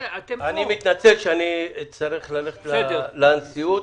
אני מתנצל שאני צריך ללכת לנשיאות,